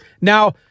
Now